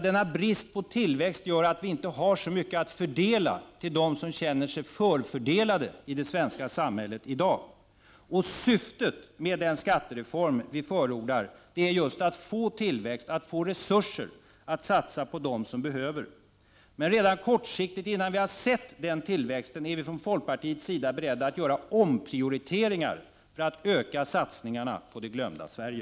Denna brist på tillväxt gör nämligen att vi inte har så mycket att fördela till dem som känner sig förfördelade i det svenska samhället i dag. Syftet med den skattereform vi förordar är ju att få tillväxt, att få resurser att satsa på dem som behöver. Men redan kortsiktigt, innan vi har sett den tillväxten, är vi från folkpartiets sida beredda att göra omprioriteringar för att öka satsningarna på det glömda Sverige.